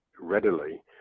readily